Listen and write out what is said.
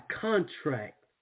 contract